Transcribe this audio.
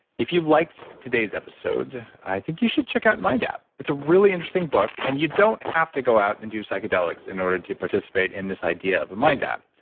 if you've liked today's episode, i think you should check out mindapps. it's a really interesting book and you don't have to go out and do psychedelics in order to participate in this idea of a mind app.